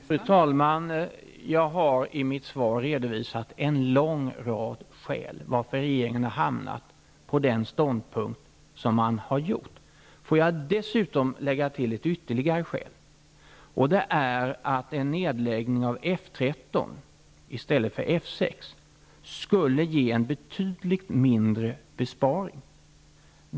Fru talman! Jag har redovisat i mitt svar en lång rad skäl till varför regeringen har intagit denna ståndpunkt. Jag vill dessutom lägga till ett ytterligare skäl. En nedläggning av F 13 i stället för F 6 skulle ge en betydligt mindre besparing.